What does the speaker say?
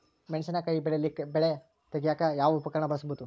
ಮೆಣಸಿನಕಾಯಿ ಬೆಳೆಯಲ್ಲಿ ಕಳೆ ತೆಗಿಯಾಕ ಯಾವ ಉಪಕರಣ ಬಳಸಬಹುದು?